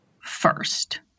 first